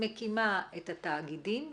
מקימה את התאגידים,